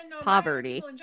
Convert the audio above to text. Poverty